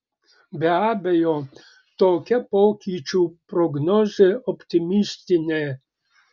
be abejo tokia pokyčių prognozė optimistinė